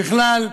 ובכלל,